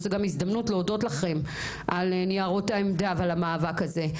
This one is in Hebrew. זו הזדמנות להודות לכם על ניירות העמדה ועל המאבק הזה.